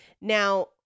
Now